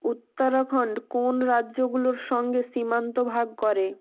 উত্তরাখণ্ড কোন রাজ্যগুলোর সঙ্গে সীমান্ত ভাগ করে